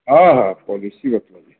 हाँ हाँ पालिसी है अपना